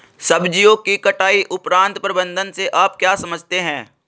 सब्जियों की कटाई उपरांत प्रबंधन से आप क्या समझते हैं?